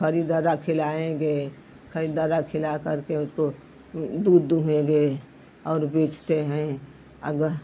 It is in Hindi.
हरी धारा खिलाएंगे हरी दर्रा खिलाकर उसको दूध दुहेंगे और बेचते हैं अग